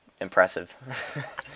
impressive